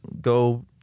go